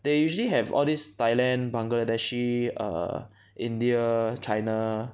they usually have all these Thailand Bangladeshi err India China